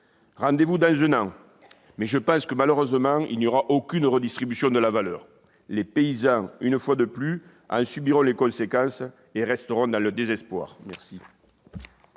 rendez-vous dans un an, mais je pense que, malheureusement, il n'y aura eu aucune redistribution de la valeur. Les paysans, une fois de plus, en subiront les conséquences et resteront dans le désespoir. Mes